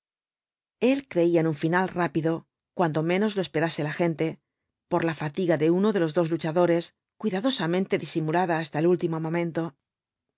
el creía en un final rápido cuando menos lo esperase la gente por la fatiga de uno de los dos luchadores cuidadosamente disimulada hasta el último momento